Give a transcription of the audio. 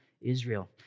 Israel